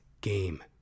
game